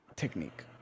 technique